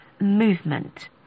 movement